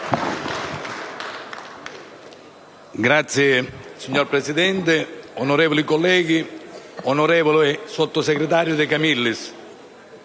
*(PdL)*. Signor Presidente, onorevoli colleghi, onorevole sottosegretario De Camillis,